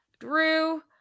drew